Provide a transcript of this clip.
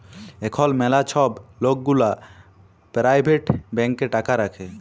এখল ম্যালা ছব লক গুলা পারাইভেট ব্যাংকে টাকা রাখে